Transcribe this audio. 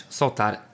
soltar